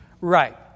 Right